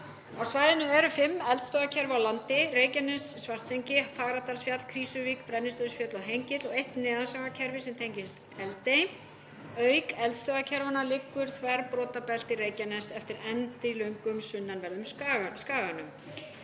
Á svæðinu eru fimm eldstöðvakerfi á landi: Reykjanes, Svartsengi, Fagradalsfjall, Krýsuvík, Brennisteinsfjöll og Hengill, og eitt neðansjávarkerfi sem tengist Eldey. Auk eldstöðvakerfanna liggur þverbrotabelti Reykjaness eftir endilöngum sunnanverðum skaganum.